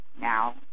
Now